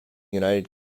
united